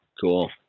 Cool